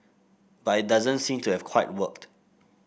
but it doesn't seem to have quite worked